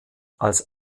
als